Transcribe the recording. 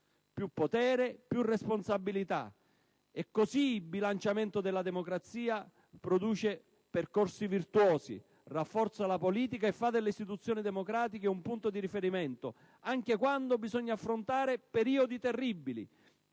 più potere, più responsabilità. Così il bilanciamento della democrazia produce percorsi virtuosi, rafforza la politica e fa delle istituzioni democratiche un punto di riferimento anche quando bisogna affrontare periodi terribili,